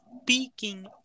speaking